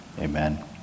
amen